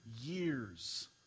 years